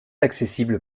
accessible